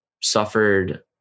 suffered –